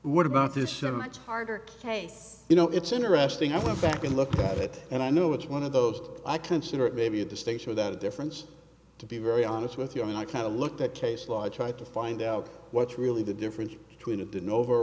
what about this or much harder case you know it's interesting i went back and looked at it and i know it's one of those i consider it maybe a distinction without a difference to be very honest with you i mean i kind of looked at case law i tried to find out what's really the difference between a didn't over